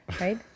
right